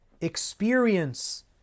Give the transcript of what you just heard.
experience